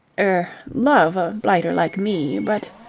er. love a blighter like me, but.